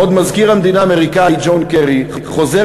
בעוד מזכיר המדינה האמריקני ג'ון קרי חוזר